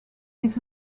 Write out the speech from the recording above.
his